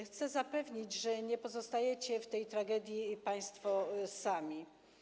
Chcę zapewnić, że nie pozostajecie w tej tragedii państwo sami.